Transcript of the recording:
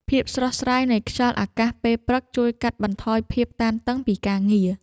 ភាពស្រស់ស្រាយនៃខ្យល់អាកាសពេលព្រឹក ជួយកាត់បន្ថយភាពតានតឹងពីការងារ។